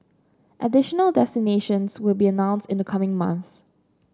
additional destinations will be announced in the coming months